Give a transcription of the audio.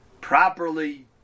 properly